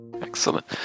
Excellent